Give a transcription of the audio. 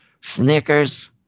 Snickers